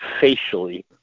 facially